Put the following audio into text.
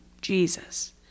Jesus